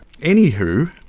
Anywho